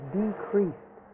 decreased